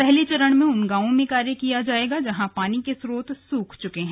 पहले चरण में उन गांवों में कार्य किया जाएगा जहां पानी के स्रोत सूख चुके हैं